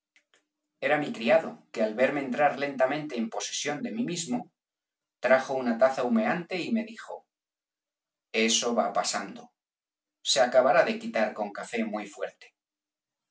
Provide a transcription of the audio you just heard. era mi criado que al verme entrar lentamente en posesión de mí mismo trajo una taza humeante y me dijo eso va pasando se acabará de quitar con cafó muy fuerte